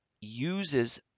uses